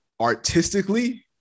artistically